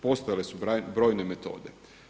Postojale su brojne metode.